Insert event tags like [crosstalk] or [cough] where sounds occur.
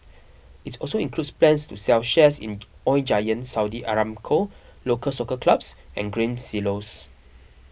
its also includes plans to sell shares in [unintelligible] Oil Giant Saudi Aramco Local Soccer Clubs and Grain Silos